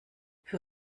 für